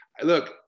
look